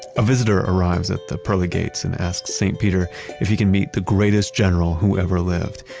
a visitor arrives at the pearly gates and asks saint peter if he can meet the greatest general who ever lived.